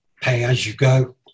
pay-as-you-go